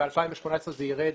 בשנת 2018 זה ירד